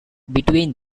between